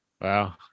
Wow